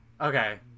Okay